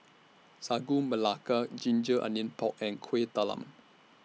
Sagu Melaka Ginger Onions Pork and Kueh Talam